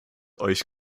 euch